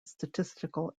statistical